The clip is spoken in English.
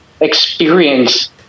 experience